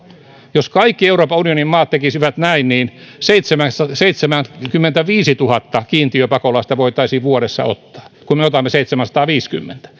jos kaikki euroopan unionin maat tekisivät näin niin seitsemänkymmentäviisituhatta kiintiöpakolaista voitaisiin vuodessa ottaa kun me otamme seitsemänsataaviisikymmentä